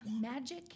magic